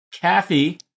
Kathy